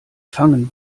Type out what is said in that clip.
fangen